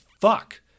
fuck